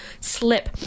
slip